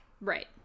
Right